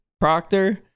proctor